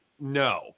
No